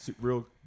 real